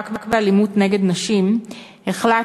למאבק באלימות נגד נשים החלטנו,